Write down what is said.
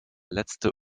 letzte